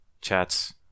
chats